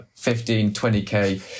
15-20k